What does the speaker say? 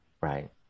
right